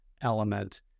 element